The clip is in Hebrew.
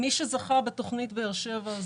מי שזכה בתכנית באר שבע,